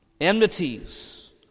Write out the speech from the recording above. enmities